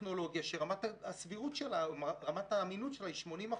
טכנולוגיה שרמת האמינות שלה היא 80%,